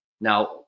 Now